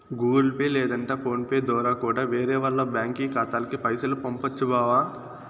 Google Pay లేదంటే PhonePe దోరా కూడా వేరే వాల్ల బ్యాంకి ఖాతాలకి పైసలు పంపొచ్చు బావా